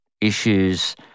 issues